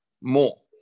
more